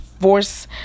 force